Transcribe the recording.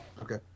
Okay